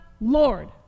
Lord